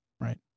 Right